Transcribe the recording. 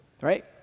right